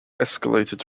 escalated